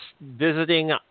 visiting